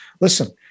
listen